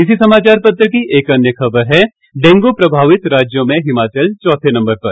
इसी समाचार पत्र की एक अन्य खबर है डेंगू प्रभावित राज्यों में हिमाचल चौथे नंबर पर